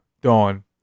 dawn